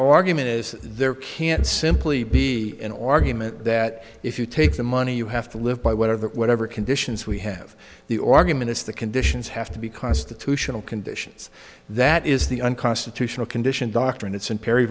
argument is there can't simply be an argument that if you take the money you have to live by whatever that whatever conditions we have the organist the conditions have to be constitutional conditions that is the unconstitutional condition doctrine it's in perry